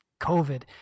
COVID